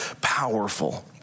powerful